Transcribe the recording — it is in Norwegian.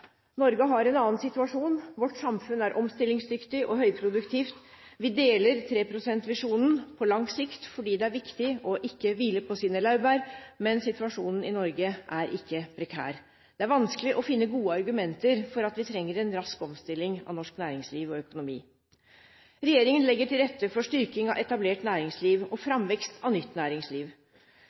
Norge har en annen situasjon. Vårt samfunn er omstillingsdyktig og høyproduktivt. Vi deler 3 pst.-visjonen på lang sikt fordi det er viktig ikke å hvile på sine laurbær, men situasjonen i Norge er ikke prekær. Det er vanskelig å finne gode argumenter for at vi trenger en rask omstilling av norsk næringsliv og økonomi. Regjeringen legger til rette for styrking av etablert næringsliv og framvekst av nytt næringsliv.